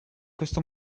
questo